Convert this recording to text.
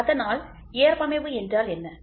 அதனால்ஏற்பமைவு என்றால் என்ன